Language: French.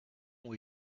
ont